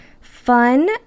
fun